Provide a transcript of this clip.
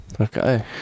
Okay